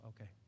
okay